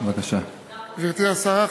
גברתי השרה,